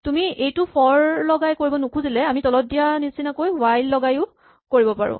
তুমি এইটো ফৰ লগাই কৰিব নুখুজিলে আমি তলত দিয়া নিচিনাকৈ হুৱাইল লগাই কৰিব পাৰো